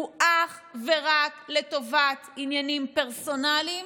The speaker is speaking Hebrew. הוא אך ורק לטובת עניינים פרסונליים